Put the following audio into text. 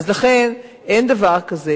לכן, אין דבר כזה.